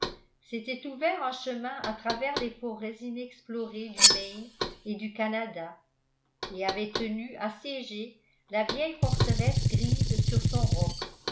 s'était ouvert un chemin à travers les forêts inexplorées du maine et du canada et avait tenu assiégée la vieille forteresse grise sur son roc